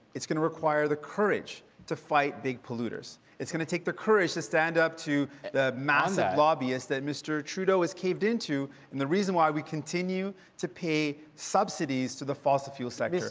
it's going to require the courage to fight big polluters. it's going take the courage to stand up to the massive lobbyists that mr. trudeau has caved into and the reason why we continue to pay subsidies to the fossil fuel sector.